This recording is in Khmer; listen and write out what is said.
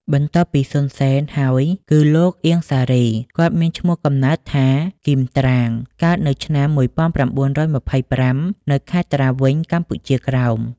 បន្ទាប់ពី សុន សេន ហើយគឺលោក អៀង សារី គាត់មានឈ្មោះកំណើតថា គីម ត្រាង កើតនៅឆ្នាំ១៩២៥ នៅខេត្តត្រាវិញ កម្ពុជាក្រោម។